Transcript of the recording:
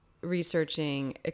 researching